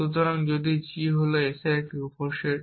সুতরাং যদি g হল s এর একটি উপসেট